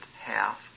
half